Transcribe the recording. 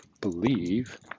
believe